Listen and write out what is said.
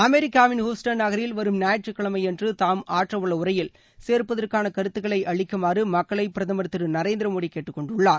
அமெரிக்காவின் ஹஸ்டன் நகரில் வரும் ஞாயிற்றுக்கிழமை அன்று தாம் ஆற்றவுள்ள உரையில் சேர்ப்பதற்கான கருத்துக்களை அளிக்குமாறு மக்களை பிரதமர் திரு நரேந்திர மோடி கேட்டுக்கொண்டுள்ளார்